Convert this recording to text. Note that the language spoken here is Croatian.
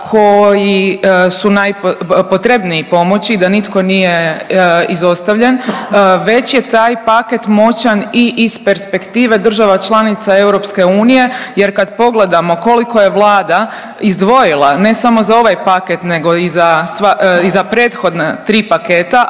koji su najpotrebniji pomoći da nitko nije izostavljen, već je taj paket moćan i iz perspektive država članica Europske unije. Jer kada pogledamo koliko je Vlada izdvojila ne samo za ovaj paket, nego i za prethodna tri paketa,